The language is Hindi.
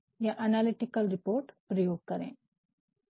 तो अब हम औपचारिक और अनौपचारिक रिपोर्ट के बीच अंतर की बात करते है